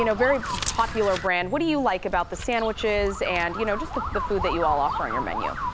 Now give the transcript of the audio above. you know very popular brand. what do you like about the sandwiches and you know just the the food that you all offer on your menu?